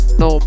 no